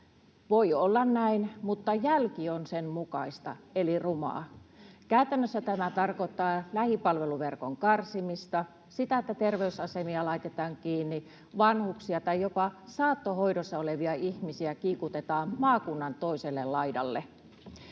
Voi olla näin, mutta jälki on sen mukaista, eli rumaa. Käytännössä tämä tarkoittaa lähipalveluverkon karsimista, sitä, että terveysasemia laitetaan kiinni, vanhuksia tai jopa saattohoidossa olevia ihmisiä kiikutetaan maakunnan toiselle laidalle.